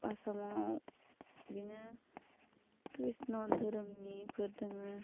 आसामाव बिदिनो कृष्ण धोरोमनिफोर दङो